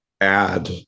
add